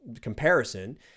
comparison